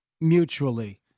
mutually